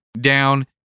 down